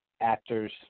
actors